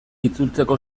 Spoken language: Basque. itzultzeko